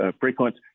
frequent